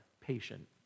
patient